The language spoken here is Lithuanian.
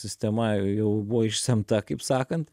sistema jau buvo išsemta kaip sakant